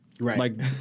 Right